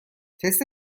تست